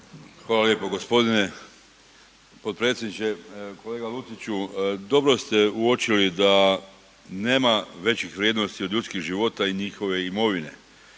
Hvala lijepo gospodine potpredsjedniče. Kolega Luciću dobro ste uočili da nema većih vrijednosti od ljudskih života i njihove imovine.